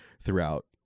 throughout